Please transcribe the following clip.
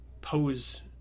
pose